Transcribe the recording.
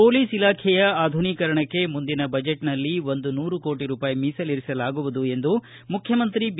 police ಇಲಾಖೆಯ ಆಧುನೀಕರಣಕ್ಕೆ ಮುಂದಿನ ಬಜೆಟ್ನಲ್ಲಿ ಒಂದು ನೂರು ಕೋಟಿ ರೂಪಾಯಿ ಮೀಸಲಿರಿಸಲಾಗುವುದು ಎಂದು ಮುಖ್ಯಮಂತ್ರಿ ಬಿ